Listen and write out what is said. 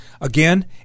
Again